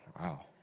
wow